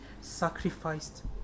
sacrificed